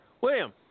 William